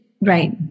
Right